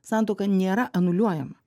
santuoka nėra anuliuojama